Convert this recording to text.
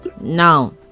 now